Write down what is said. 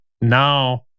now